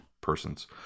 persons